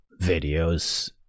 videos